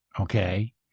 Okay